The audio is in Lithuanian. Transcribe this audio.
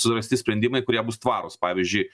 surasti sprendimai kurie bus tvarūs pavyzdžiui